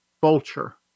vulture